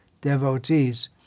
devotees